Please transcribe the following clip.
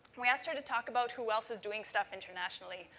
we asked her to talk about who else is doing stuff internationally.